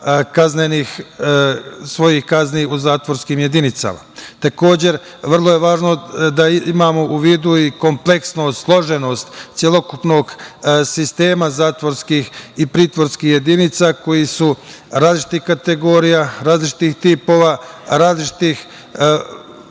svojih kazni u zatvorskim jedinicama. Takođe, vrlo ja važno da imamo i vidu i kompleksnost, složenost celokupnog sistema zatvorskih i pritvorskih jedinica koje su različitih kategorija, različitih tipova, različitih